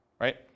Right